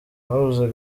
habuze